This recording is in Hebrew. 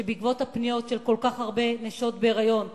שבעקבות הפניות של כל כך הרבה נשים בהיריון שפוטרו,